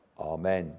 Amen